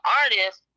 artist